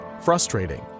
frustrating